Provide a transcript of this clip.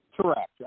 correct